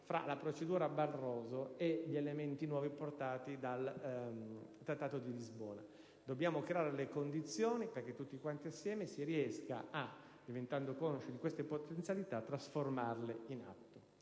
fra la procedura Barroso e i nuovi elementi apportati dal Trattato di Lisbona. Dobbiamo creare le condizioni perché tutti quanti insieme si riesca, diventando consci di queste potenzialità, a trasformarle in atti.